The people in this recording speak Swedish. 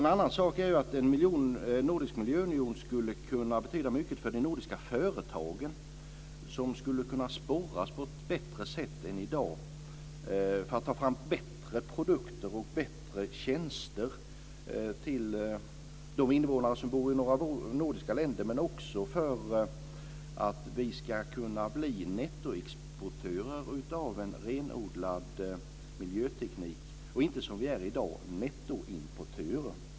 En annan sak är att en nordisk miljöunion skulle kunna betyda mycket för de nordiska företagen, som skulle kunna sporras på ett bättre sätt än i dag för att ta fram bättre produkter och bättre tjänster till de invånare som bor i våra nordiska länder men också för att vi ska kunna bli nettoexportörer av en renodlad miljöteknik och inte som vi är i dag nettoimportörer.